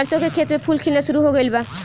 सरसों के खेत में फूल खिलना शुरू हो गइल बा